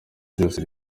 byose